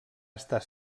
estar